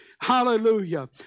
Hallelujah